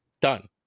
Done